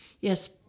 Yes